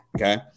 Okay